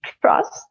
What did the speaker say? trust